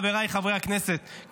חבריי חברי הכנסת,